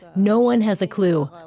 no one has a clue,